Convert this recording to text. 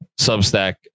substack